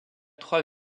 trois